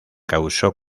causó